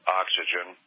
oxygen